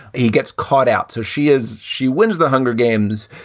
he gets caught out. so she is she wins the hunger games,